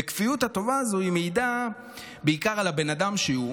וכפיות הטובה הזו מעידה בעיקר על הבן אדם שהוא.